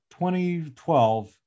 2012